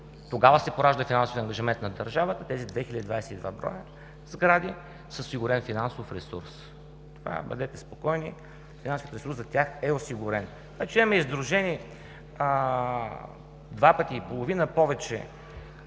тогава се поражда финансовият ангажимент на държавата, за тези 2022 броя сгради с осигурен финансов ресурс. Бъдете спокойни, финансовият ресурс за тях е осигурен. Имаме сдружени два пъти и половина повече